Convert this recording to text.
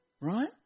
Right